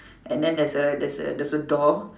and then there's a there's a there's a door